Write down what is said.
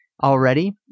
already